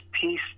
peace